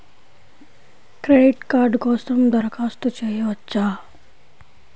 Credit card కోసం దరఖాస్తు చేయవచ్చా?